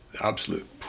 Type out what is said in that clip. absolute